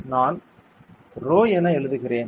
நான் rho என எழுதுகிறேன்